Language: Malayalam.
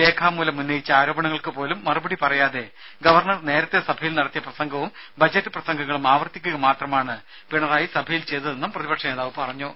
രേഖാമൂലം ഉന്നയിച്ച ആരോപണങ്ങൾക്കു പോലും മറുപടി പറയാതെ ഗവർണർ നേരത്തെ സഭയിൽ നടത്തിയ പ്രസംഗവും ബജറ്റ് പ്രസംഗങ്ങളും ആവർത്തിക്കുക മാത്രമാണ് പിണറായി സഭയിൽ ചെയ്തതെന്നും പ്രതിപക്ഷനേതാവ് പറഞ്ഞു